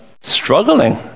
struggling